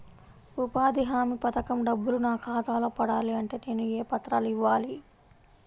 ఉపాధి హామీ పథకం డబ్బులు నా ఖాతాలో పడాలి అంటే నేను ఏ పత్రాలు ఇవ్వాలి?